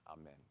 Amen